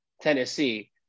Tennessee